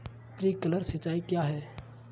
Sprinkler सिंचाई क्या है?